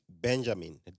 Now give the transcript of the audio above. Benjamin